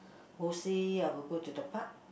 mostly I will go to the park